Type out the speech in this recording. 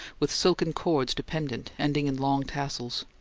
with silken cords dependent, ending in long tassels.